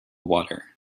water